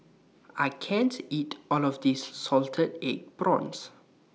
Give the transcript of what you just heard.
I can't eat All of This Salted Egg Prawns